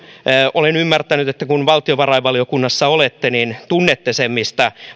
olen ymmärtänyt että kun valtiovarainvaliokunnassa olette niin tunnette sen mistä